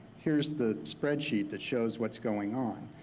here's the spreadsheet that shows what's going on.